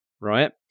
right